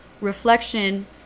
reflection